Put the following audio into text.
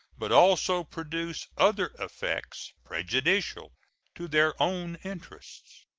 but also produce other effects prejudicial to their own interests.